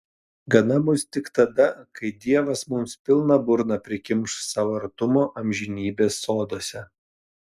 gana bus tik tada kai dievas mums pilną burną prikimš savo artumo amžinybės soduose